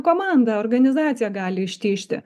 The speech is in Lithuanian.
komanda organizacija gali ištižti